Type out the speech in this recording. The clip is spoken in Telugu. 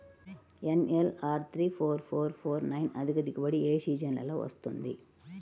NLR three four four four nine అధిక దిగుబడి ఏ సీజన్లలో వస్తుంది?